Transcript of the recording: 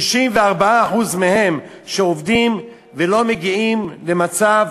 64% מהם עובדים ולא מגיעים למצב